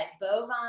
bovine